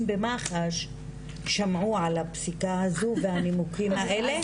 במח"ש שמעו על הפסיקה הזו והנימוקים האלה,